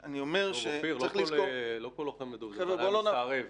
אופיר, לא כל לוחם בדובדבן הוא מסתערב.